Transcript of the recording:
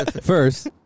First